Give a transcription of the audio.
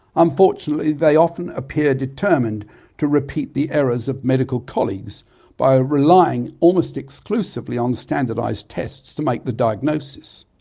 unfortunately they often appear determined to repeat the errors of medical colleagues by relying almost exclusively on standardised tests to make the diagnoses,